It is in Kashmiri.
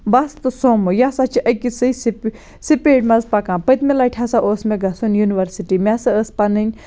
بَس تہٕ سومو یہِ ہَسا چھِ أکسی سپی سپیٖڈ مَنٛز پَکان پٔتٗۍمہِ لَٹہِ ہَسا اوس مےٚ گَژھُن یُنوَرسٹی مےٚ ہسا ٲس پَنٕنۍ